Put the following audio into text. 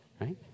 right